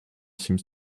seems